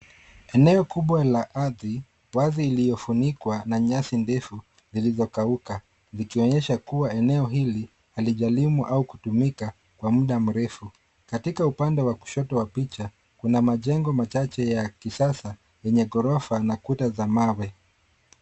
Eneo kubwa la ardhi wazi iliyofunikwa na nyasi ndefu zilizokauka zikionyesha kuwa eneo hili halijalimwa au kutumika kwa mda mrefu. Katika upande wa kushoto wa picha, kuna majengo machache ya kisasa yenye ghorofa na kuta za mawe.